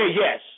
yes